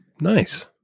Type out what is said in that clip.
Nice